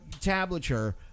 tablature